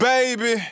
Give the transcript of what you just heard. Baby